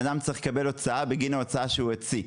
אדם צריך לקבל הוצאה בגין ההוצאה שהוא הוציא.